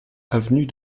avenue